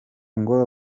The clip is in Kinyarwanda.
ngo